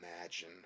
imagine